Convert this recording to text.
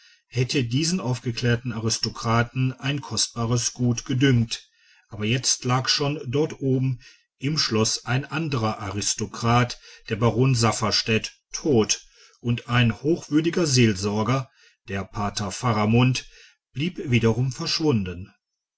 hätte diesen aufgeklärten aristokraten ein kostbares gut gedünkt aber jetzt lag schon dort oben im schloß ein anderer aristokrat der baron safferstätt tot und ein hochwürdiger seelsorger der pater faramund blieb wiederum verschwunden